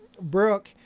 Brooke